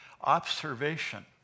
observation